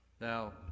Now